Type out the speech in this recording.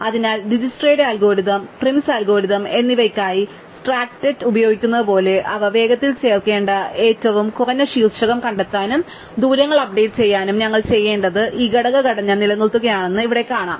അതിനാൽ ഡിജ്ക്സ്ട്രയുടെ algorithm Prim's algorithm എന്നിവയ്ക്കായി സ്ട്രാക്ട്റെ ഉപയോഗിക്കാവുന്നതുപോലെ അവ വേഗത്തിൽ ചേർക്കേണ്ട ഏറ്റവും കുറഞ്ഞ ശീർഷകം കണ്ടെത്താനും ദൂരങ്ങൾ അപ്ഡേറ്റ് ചെയ്യാനും ഞങ്ങൾ ചെയ്യേണ്ടത് ഈ ഘടക ഘടന നിലനിർത്തുകയാണെന്ന് ഇവിടെ കാണാം